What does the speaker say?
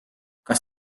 kas